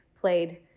played